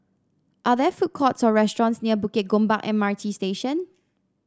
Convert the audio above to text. are there food courts or restaurants near Bukit Gombak M R T Station